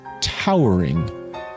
towering